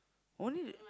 only